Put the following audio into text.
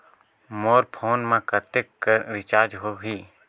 मोर phone मा कतेक कर रिचार्ज हो ही?